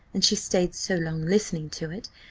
and she stayed so long listening to it,